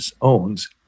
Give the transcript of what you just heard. owns